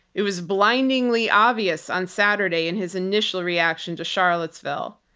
it was blindingly obvious on saturday in his initial reaction to charlottesville.